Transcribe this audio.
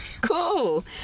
Cool